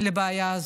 לבעיה הזאת.